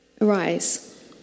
Arise